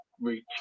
reach